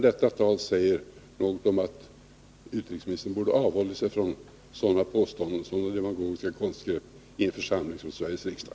Detta säger något om att utrikesministern borde ha avhållit sig från sådana demagogiska konstgrepp i en församling som Sveriges riksdag.